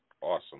Awesome